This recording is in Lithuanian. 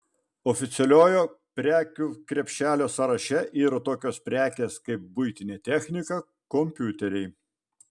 oficialiojo prekių krepšelio sąraše yra tokios prekės kaip buitinė technika kompiuteriai